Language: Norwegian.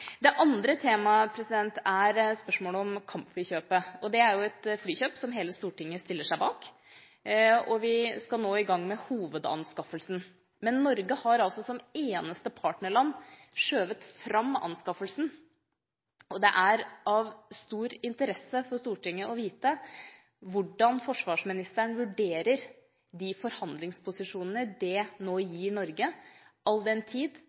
Det andre temaet er spørsmålet om kampflykjøpet. Det er et flykjøp som hele Stortinget stiller seg bak, og vi skal nå i gang med hovedanskaffelsen. Men Norge har altså, som eneste partnerland, skjøvet fram anskaffelsen. Det er av stor interesse for Stortinget å vite hvordan forsvarsministeren vurderer de forhandlingsposisjonene det nå gir Norge – all den tid